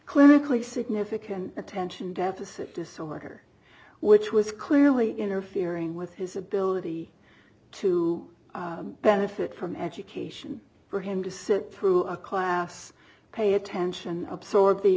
clinically significant attention deficit disorder which was clearly interfering with his ability to benefit from education for him to sit through a class pay attention absorb the